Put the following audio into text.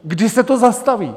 Kdy se to zastaví?